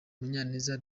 munyaneza